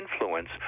influence